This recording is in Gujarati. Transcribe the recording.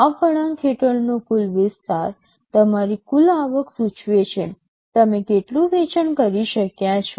આ વળાંક હેઠળનો કુલ વિસ્તાર તમારી કુલ આવક સૂચવે છે તમે કેટલું વેચાણ કરી શક્યા છો